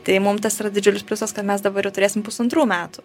tai mum tas yra didžiulis pliusas kad mes dabar jau turėsim pusantrų metų